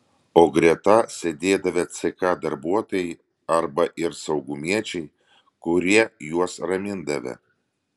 o greta sėdėdavę ck darbuotojai arba ir saugumiečiai kurie juos ramindavę